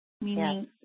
Meaning